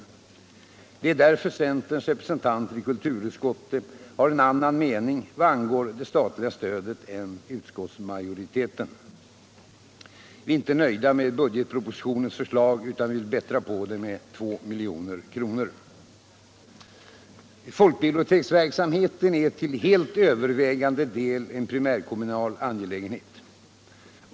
Det är därför centerns representanter i kulturutskottet har en annan mening vad beträffar det statliga stödet än utskottsmajoriteten. Vi är inte nöjda med budgetpropositionens förslag utan vill bättra på det med 2 milj.kr. Folkbiblioteksverksamheten är till helt övervägande del en primärkommunal angelägenhet.